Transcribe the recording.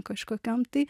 kažkokiom tai